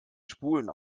spulen